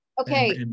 Okay